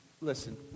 listen